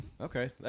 Okay